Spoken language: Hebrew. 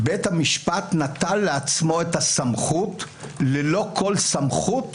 בית המשפט נטל לעצמו את הסמכות ללא כל סמכות,